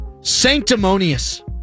Sanctimonious